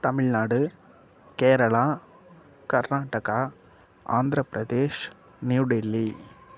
Tamil Nadu Kerala Karnataka Andhra Pradesh New Delhi